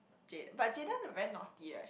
Jay~ but Jayden very naughty right